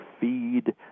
feed